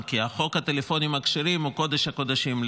כי חוק הטלפונים הכשרים הוא קודש-הקודשים,